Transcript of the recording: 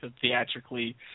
theatrically